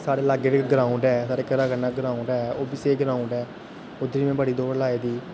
साढ़े लागै इक ग्रोउड ऐ साढ़े घरा कन्नै ग्रोउड ऐ ओह् बी स्हेई ग्रोउड ऐ उधर बी में बड़ी दौड़ लाई दी